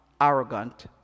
arrogant